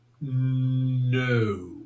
No